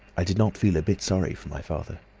i did not feel a bit sorry for my father.